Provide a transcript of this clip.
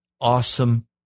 awesome